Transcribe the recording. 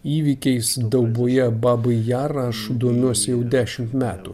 įvykiais dauboje babi jar aš domiuosi jau dešimt metų